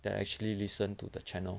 that actually listen to the channel